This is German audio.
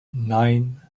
nein